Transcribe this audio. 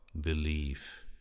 belief